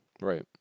right